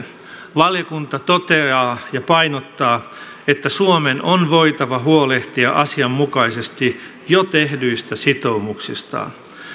valiokunta toteaa ja painottaa että suomen on voitava huolehtia asianmukaisesti jo tehdyistä sitoumuksistaan